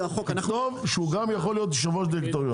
תכתוב שהוא גם יכול להיות יושב-ראש דירקטוריון.